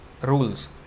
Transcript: rules